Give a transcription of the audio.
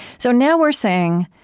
so now we're saying